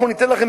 אנחנו ניתן לכם,